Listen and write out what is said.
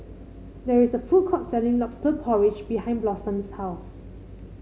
there is a food court selling lobster porridge behind Blossom's house